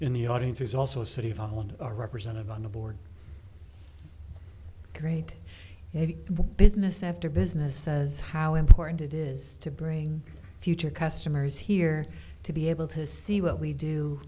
in the audience is also city hall and our representative on the board great business after business says how important it is to bring future customers here to be able to see what we do